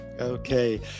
Okay